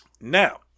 Now